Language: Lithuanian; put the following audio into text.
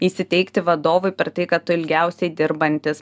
įsiteikti vadovui per tai kad tu ilgiausiai dirbantis